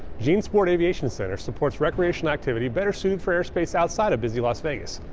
jean sport aviation center supports recreational activity better suited for airspace outside of busy las vegas.